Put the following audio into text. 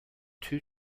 two